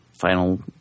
final